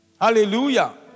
Hallelujah